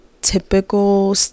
typical